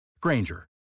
Granger